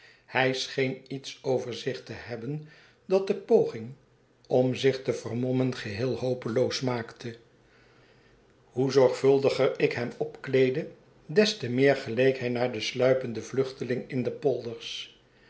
hij scheen iets over zich tehebben dat de poging om zich te vermommen geheel hopeloos maakte hoe zorgvuldiger ik hem opkleedde des te meer geleek hij naar den sluipenden vluchteling in de polders